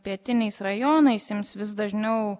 pietiniais rajonais ims vis dažniau